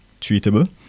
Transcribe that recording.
treatable